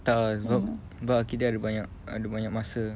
tak ah sebab sebab kita ada banyak ada banyak masa